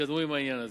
יתקדמו עם העניין הזה.